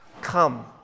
come